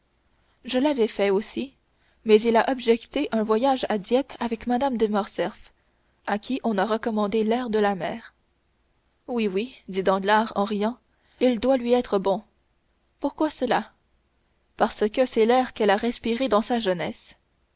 je l'avais fait aussi mais il a objecté un voyage à dieppe avec mme de morcerf à qui on a recommandé l'air de la mer oui oui dit danglars en riant il doit lui être bon pourquoi cela parce que c'est l'air qu'elle a respiré dans sa jeunesse